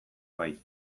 bai